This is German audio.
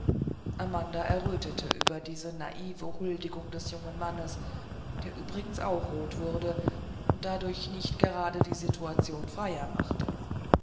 amanda errötete über diese naive huldigung des jungen mannes der übrigens auch rot wurde und dadurch nicht gerade die situation freier machte